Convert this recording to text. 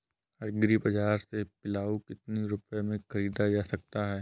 Agree बाजार से पिलाऊ कितनी रुपये में ख़रीदा जा सकता है?